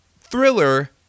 Thriller